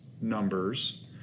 numbers